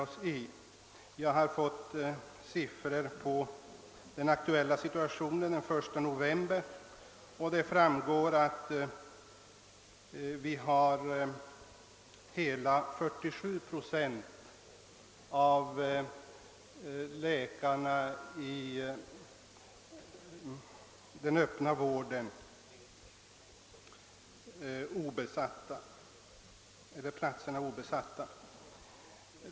Jag har inhämtat en del siffror över det aktuella läget den 1 november. Det framgår av dessa att hela 47 procent av läkartjänsterna i den öppna vården är obesatta.